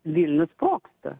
vilnius sprogsta